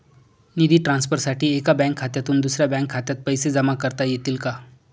निधी ट्रान्सफरसाठी एका बँक खात्यातून दुसऱ्या बँक खात्यात पैसे जमा करता येतील का?